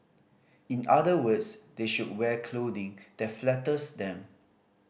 in other words they should wear clothing that flatters them